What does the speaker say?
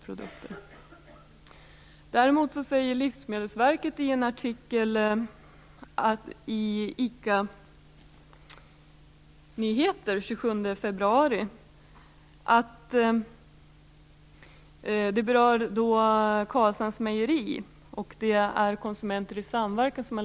Livsmedelsverket däremot säger något annat i en artikel i ICA-nyheter den 27 februari. Det handlar om Carlshamns Mejeri, som har blivit anmält av Konsumenter i samverkan.